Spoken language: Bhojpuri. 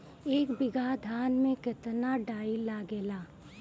एक बीगहा धान में केतना डाई लागेला?